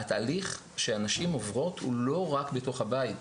התהליך שהנשים עוברות הוא לא רק בתוך הבית,